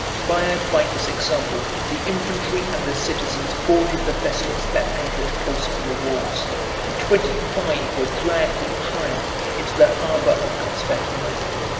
fired by his example, the infantry and the citizens boarded the vessels that anchored close to the walls and twenty-five were dragged in triumph into the harbor of constantinople.